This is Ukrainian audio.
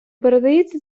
передається